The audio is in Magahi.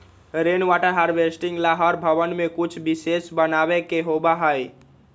रेन वाटर हार्वेस्टिंग ला हर भवन में कुछ विशेष बनावे के होबा हई